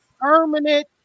permanent